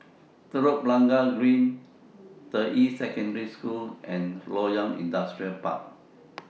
Telok Blangah Green Deyi Secondary School and Loyang Industrial Park